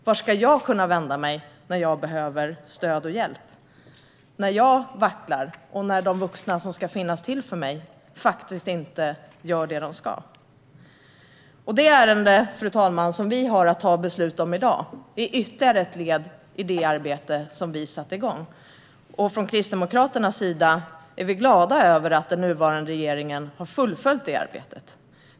Vart kan jag vända mig när jag behöver stöd och hjälp, när jag vacklar och när de vuxna som ska finnas till för mig faktiskt inte gör det de ska? Det ärende, fru talman, som vi har att ta beslut om i dag är ytterligare ett led i det arbete som vi satte igång. Från Kristdemokraternas sida är vi glada över att den nuvarande regeringen har fullföljt det arbetet.